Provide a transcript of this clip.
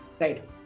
Right